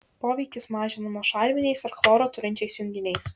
poveikis mažinamas šarminiais ar chloro turinčiais junginiais